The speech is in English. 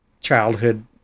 childhood